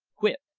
quit.